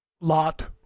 Lot